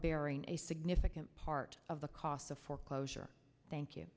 bearing a significant part of the cost of foreclosure thank you